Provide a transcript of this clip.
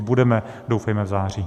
Budeme doufejme v září.